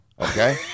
Okay